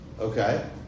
Okay